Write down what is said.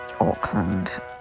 Auckland